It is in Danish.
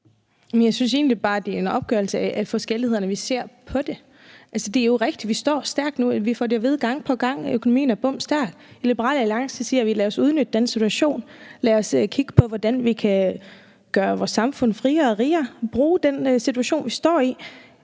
Jeg synes egentlig bare, det er en opstilling af, hvor forskelligt vi ser på det. Altså, det er jo rigtigt, at vi står stærkt nu. Vi får det at vide gang på gang. Økonomien er bomstærk. Liberal Alliance siger så: Lad os udnytte den situation; lad os kigge på, hvordan vi kan gøre vores samfund friere og rigere og bruge den situation, vi står i.